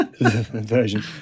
version